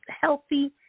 healthy